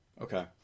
Okay